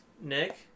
Nick